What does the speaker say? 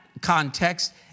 context